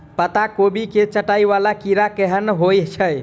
पत्ता कोबी केँ चाटय वला कीड़ा केहन होइ छै?